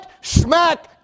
smack